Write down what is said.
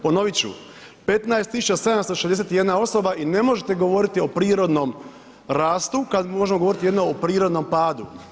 Ponovit ću, 15 761 osoba i ne možete govoriti o prirodnom rastu kad možemo govoriti jedino o prirodnom padu.